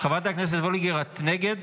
חברת הכנסת וולדיגר, את נגד?